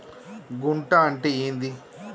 గుంట అంటే ఏంది?